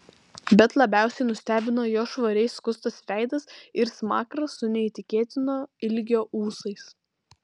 bet labiausiai nustebino jo švariai skustas veidas ir smakras su neįtikėtino ilgio ūsais